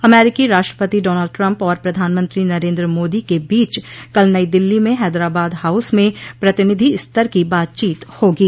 अमेरिकी राष्ट्रपति Donald Trump और प्रधानमंत्री नरेन्द्र मोदी के बीच कल नइ दिल्ली में हैदराबाद हाऊस में प्रतिनिधिस्तर की बातचीत हों गी